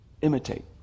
imitate